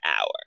hour